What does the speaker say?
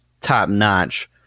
top-notch